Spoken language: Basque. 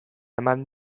eman